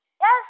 Yes